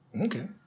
Okay